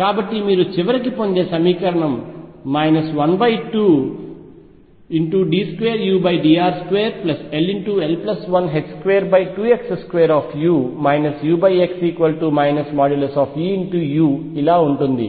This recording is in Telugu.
కాబట్టి మీరు చివరకు పొందే సమీకరణం 12d2udr2 ll122x2u ux |E|u ఇలా ఉంటుంది